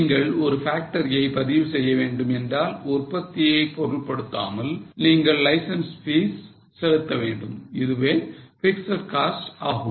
நீங்கள் ஒரு factory யை பதிவு செய்யவேண்டும் என்றால் உற்பத்தியை பொருட்படுத்தாமல் நீங்கள் லைசன்ஸ் ப்பீஸ் செலுத்தவேண்டும் இதுவே பிக்ஸட் காஸ்ட் ஆகும்